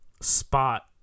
spot